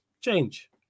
Change